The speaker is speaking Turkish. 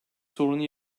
sorunu